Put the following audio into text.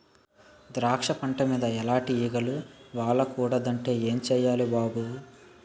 ద్రాక్ష పంట మీద ఎలాటి ఈగలు వాలకూడదంటే ఏం సెయ్యాలి బాబూ?